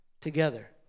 together